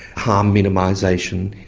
harm minimisation.